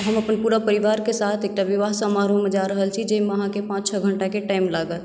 हम अपन पुरा परिवारके साथ एकटा विवाह समारोहमे जा रहल छी जाहिमे अहाँकेँ पाॅंच छओ घण्टाके टाइम लागत